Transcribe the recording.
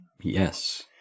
Yes